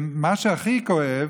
מה שהכי כואב